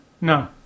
No